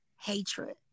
hatred